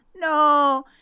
No